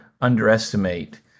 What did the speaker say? underestimate